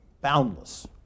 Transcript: boundless